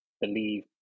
believe